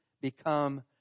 become